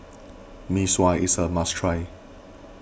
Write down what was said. Mee Sua is a must try